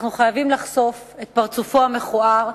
אנחנו חייבים לחשוף את פרצופו המכוער,